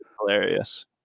hilarious